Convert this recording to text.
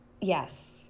Yes